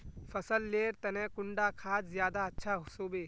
फसल लेर तने कुंडा खाद ज्यादा अच्छा सोबे?